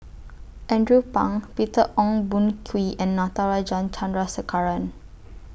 Andrew Phang Peter Ong Boon Kwee and Natarajan Chandrasekaran